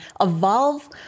evolve